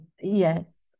Yes